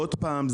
עוד פעם,